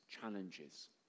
challenges